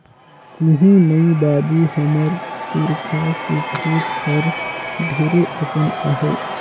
कुहू नइ बाबू, हमर पुरखा के खेत हर ढेरे अकन आहे